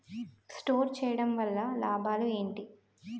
Store చేయడం వల్ల లాభాలు ఏంటి?